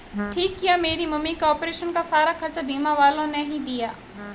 ठीक किया मेरी मम्मी का ऑपरेशन का सारा खर्चा बीमा वालों ने ही दिया